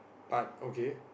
but okay